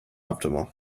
optimal